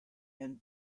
and